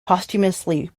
posthumously